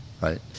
Right